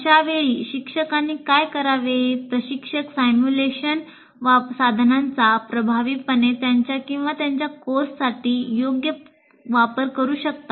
अशा वेळी शिक्षकानी काय करावे प्रशिक्षक सिम्युलेशन साधनाचा प्रभावीपणे त्याच्या किंवा तिच्या कोर्ससाठी योग्य वापर करू शकतात